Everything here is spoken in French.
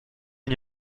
n’y